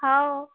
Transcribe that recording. हो